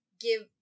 give